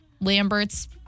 Lambert's